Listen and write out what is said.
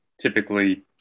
typically